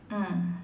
mm